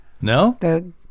No